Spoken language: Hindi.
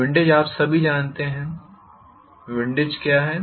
विंडेज आप सभी जानते हैं विंडेज क्या है